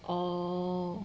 oh